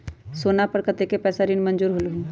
सोना पर कतेक पैसा ऋण मंजूर होलहु?